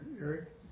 Eric